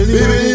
Baby